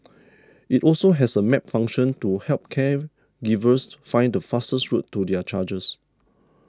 it also has a map function to help caregivers find the fastest route to their charges